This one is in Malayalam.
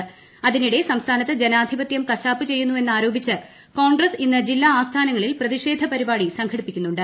കൃഷ്ണ്ജതിനിടെ സംസ്ഥാനത്ത് ജനാധിപതൃം കശാപ്പ് ചെയ്യുന്നു എന്നാര്രേപിച്ച് കോൺഗ്രസ് ഇന്ന് ജില്ലാ ആസ്ഥാനങ്ങളിൽ പ്രതിഷേധ പരിപാട്ടി സ്ക്ഘടിപ്പിക്കുന്നുണ്ട്